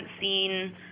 seen